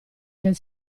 del